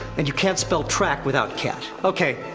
and you can't spell track without cat. okay.